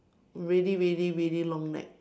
really really really long neck